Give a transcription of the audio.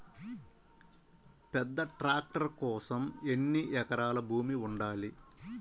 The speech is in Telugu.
పెద్ద ట్రాక్టర్ కోసం ఎన్ని ఎకరాల భూమి ఉండాలి?